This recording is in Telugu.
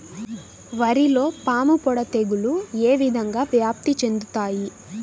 వరిలో పాముపొడ తెగులు ఏ విధంగా వ్యాప్తి చెందుతాయి?